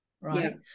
right